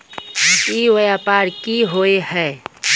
ई व्यापार की होय है?